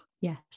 yes